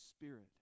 Spirit